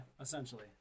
Essentially